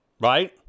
Right